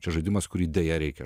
čia žaidimas kurį deja reikia